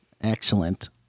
Excellent